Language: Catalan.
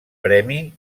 premi